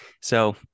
So-